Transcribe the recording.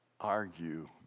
argue